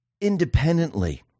independently